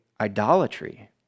idolatry